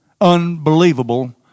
unbelievable